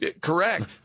Correct